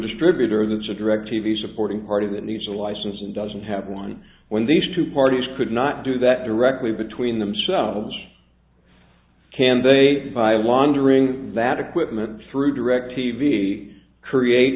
distributor that's a directv supporting part of it needs a license and doesn't have one when these two parties could not do that directly between themselves can they buy laundering that equipment through direct t v create